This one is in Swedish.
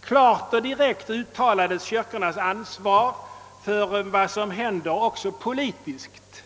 Klart och direkt uttalas kyrkornas ansvar för vad som händer också politiskt.